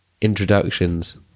introductions